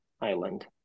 island